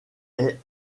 est